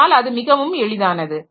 அதனால் அது மிகவும் எளிதானது